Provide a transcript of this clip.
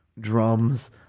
Drums